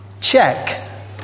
check